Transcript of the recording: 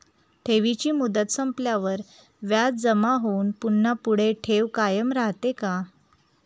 ठेवीची मुदत संपल्यावर व्याज जमा होऊन पुन्हा पुढे ठेव कायम राहते का?